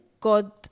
god